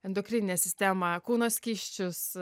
endokrininę sistemą kūno skysčius